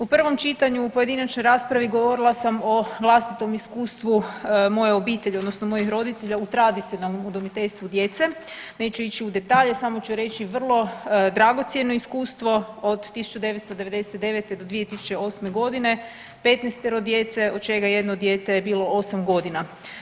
U prvom čitanju u pojedinačnoj raspravi govorila sam o vlastitom iskustvu moje obitelji odnosno mojih roditelja u tradicionalnom udomiteljstvu djece, neću ići u detalje samo ću reći vrlo dragocjeno iskustvo, od 1999. do 2008.g. 15-ero djece od čega je jedno dijete bilo 8.g.